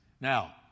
Now